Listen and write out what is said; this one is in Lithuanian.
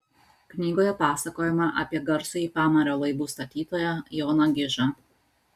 knygoje pasakojama apie garsųjį pamario laivų statytoją joną gižą